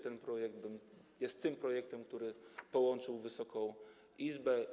Ten projekt jest tym projektem, który połączył Wysoką Izbę.